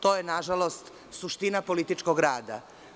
To je nažalost suština političkog rada.